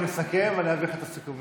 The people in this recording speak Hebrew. אני מסכם ואני אעביר לך את הסיכומים.